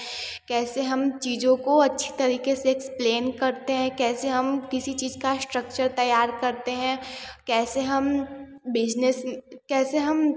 कैसे हम चीज़ों को अच्छे तरीके से एक्सप्लेन करते हैं कैसे हम किसी चीज़ का स्ट्रक्चर तैयार करते हैं कैसे हम बिजनेस कैसे हम